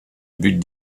but